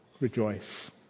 rejoice